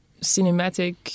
cinematic